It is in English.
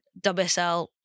WSL